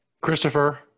Christopher